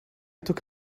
took